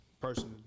personally